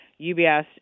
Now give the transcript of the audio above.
UBS